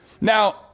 Now